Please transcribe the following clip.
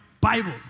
Bible